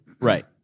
Right